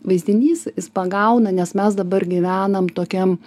vaizdinys jis pagauna nes mes dabar gyvenam tokiam